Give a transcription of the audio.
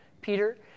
Peter